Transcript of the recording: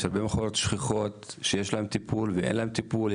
יש הרבה מחלות שכיחות שיש להן טיפול ואין להן טיפול,